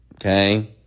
okay